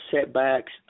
setbacks